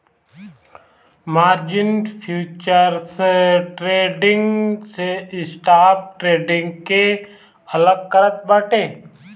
margin futures trading से spot trading के अलग करत बाटे